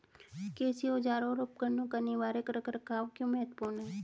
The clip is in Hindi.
कृषि औजारों और उपकरणों का निवारक रख रखाव क्यों महत्वपूर्ण है?